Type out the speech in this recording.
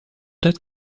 that